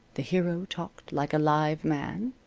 the hero talked like a live man.